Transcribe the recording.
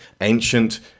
ancient